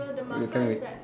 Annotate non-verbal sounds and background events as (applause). (noise)